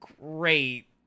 great